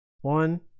one